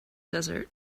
desert